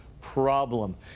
problem